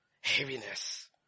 heaviness